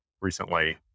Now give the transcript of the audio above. recently